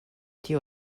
tio